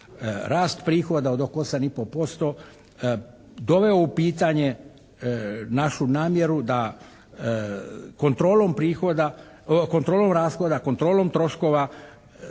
rast prihoda od oko 8,5% doveo u pitanje našu namjeru da kontrolom rashoda, kontrolom troškova